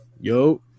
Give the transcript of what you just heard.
yo